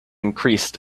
increased